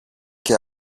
και